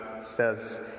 says